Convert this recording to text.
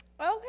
Okay